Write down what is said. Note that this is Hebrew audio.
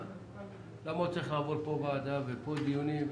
למה הוא צריך לעבור כאן ועדה וכאן דיונים.